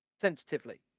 sensitively